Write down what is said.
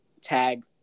tag